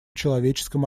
человеческом